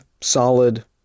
solid